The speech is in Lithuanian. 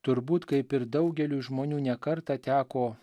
turbūt kaip ir daugeliui žmonių ne kartą teko